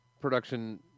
production